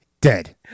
Dead